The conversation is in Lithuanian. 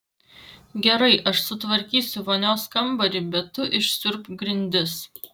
gerai aš sutvarkysiu vonios kambarį bet tu išsiurbk grindis